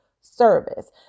service